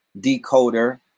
decoder